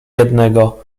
jednego